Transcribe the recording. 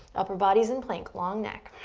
upper body's in plank, long neck.